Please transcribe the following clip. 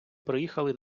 приїхали